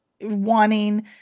wanting